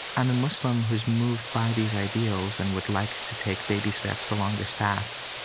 and the muslim who's moved by these ideals and would like to take baby steps along this path,